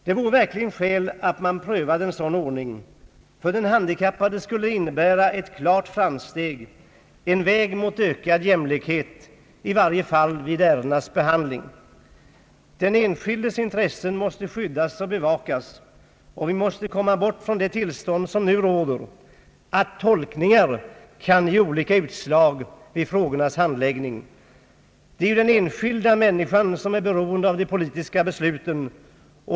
Det skulle verkligen finnas skäl att pröva en sådan ordning. För den handikappade skulle det innebära ett klart framsteg, en väg mot ökad jämlikhet i varje fall vid ärendenas behandling. Den enskildes intressen måste skyddas och bevakas, och vi måste komma bort från det tillstånd som nu råder att tolkningar av bestämmelserna kan ge olika utslag vid frågornas handläggning. Det är den enskilda människan som är beroende av de politiska besluten.